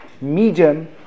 medium